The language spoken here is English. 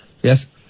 Yes